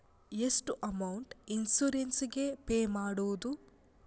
ಎಷ್ಟು amount insurance ಗೇ pay ಮಾಡುವುದು?